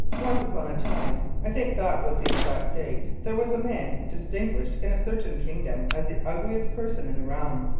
once upon a time, i think that was the exact date, there was a man distinguished in a certain kingdom as the ugliest person in the realm.